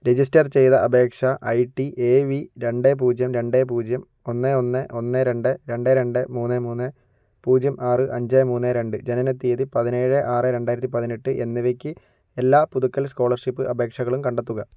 register ചെയ്ത അപേക്ഷ I T A V രണ്ട് പൂജ്യം രണ്ട് പൂജ്യം ഒന്ന് ഒന്ന് ഒന്ന് രണ്ട് രണ്ട് രണ്ട് മൂന്ന് മൂന്ന് പൂജ്യം ആറ് അഞ്ച് മൂന്ന് രണ്ട് ജനനതീയതി പതിനേഴ് ആറ് രണ്ടായിരത്തി പതിനെട്ട് എന്നിവയ്ക്ക് എല്ലാ പുതുക്കൽ സ്കോളർഷിപ്പ് അപേക്ഷകളും കണ്ടെത്തുക